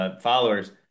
followers